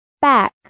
Back